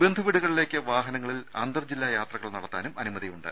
ബന്ധുവീടുകളിലേക്ക് വാഹനങ്ങളിൽ അന്തർ ജില്ലാ യാത്രാകൾ നടത്താനും അനുമതിയുണ്ട്